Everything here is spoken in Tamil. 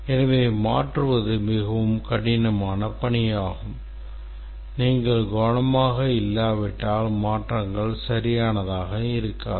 எனவே மாற்றுவது மிகவும் கடினமான பணியாகும் நீங்கள் கவனமாக இல்லாவிட்டால் மாற்றங்கள் சரியானதாக இருக்காது